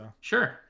sure